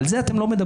על זה אתם לא מדברים,